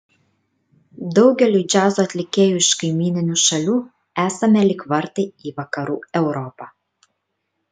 daugeliui džiazo atlikėjų iš kaimyninių šalių esame lyg vartai į vakarų europą